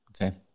Okay